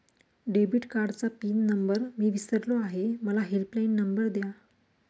debit कार्डचा pin number मी विसरलो आहे मला हेल्पलाइन नंबर द्या